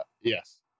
yes